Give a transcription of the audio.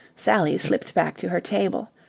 sally slipped back to her table.